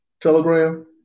telegram